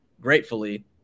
gratefully